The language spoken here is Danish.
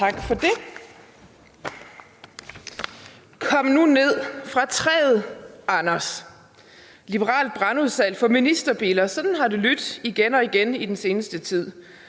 Kom nu ned fra træet, Anders; liberalt brandudsalg for ministerbiler – sådan har det lydt igen og igen i den seneste tid.